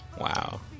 Wow